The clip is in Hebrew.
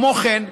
כמו כן,